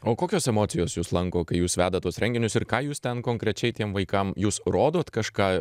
o kokios emocijos jus lanko kai jūs vedat tuos renginius ir ką jūs ten konkrečiai tiem vaikam jūs rodot kažką